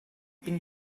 been